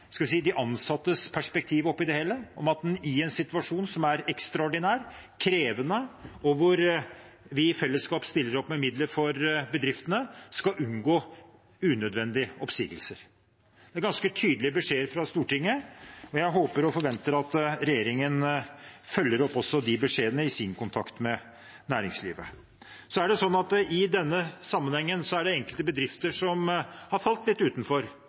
skal unngå unødvendige oppsigelser. Det er ganske tydelige beskjeder fra Stortinget, og jeg håper og forventer at regjeringen følger opp de beskjedene i sin kontakt med næringslivet. I denne sammenhengen er det enkelte bedrifter som har falt litt utenfor,